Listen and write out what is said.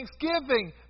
thanksgiving